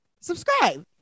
subscribe